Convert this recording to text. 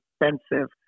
expensive